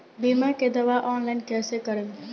बीमा के दावा ऑनलाइन कैसे करेम?